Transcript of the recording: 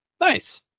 nice